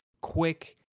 quick